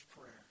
prayer